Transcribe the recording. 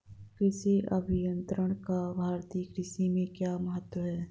कृषि अभियंत्रण का भारतीय कृषि में क्या महत्व है?